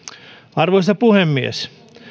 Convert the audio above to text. arvoisa puhemies